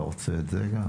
אתה רוצה גם את זה?